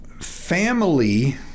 family